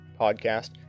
podcast